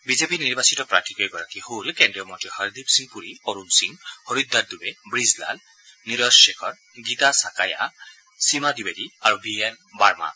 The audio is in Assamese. বিজেপিৰ নিৰ্বাচিত প্ৰাৰ্থীকেইগৰাকী হ'ল কেন্দ্ৰীয় মন্ত্ৰী হৰদীপ সিং পুৰী অৰুণ সিং হৰিদ্বাৰ ডুবে ৱীজ লাল নিৰজ শেখৰ গীতা চাকাইয়া সীমা দিবেদী আৰু বি এল বাৰ্মা